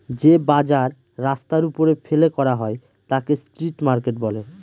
যে বাজার রাস্তার ওপরে ফেলে করা হয় তাকে স্ট্রিট মার্কেট বলে